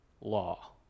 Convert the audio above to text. law